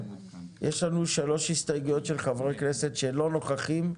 יש לנו שלוש הסתייגויות של חברי כנסת שלא נוכחים כאן.